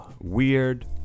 weird